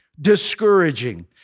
discouraging